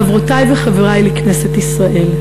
חברותי וחברי לכנסת ישראל,